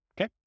okay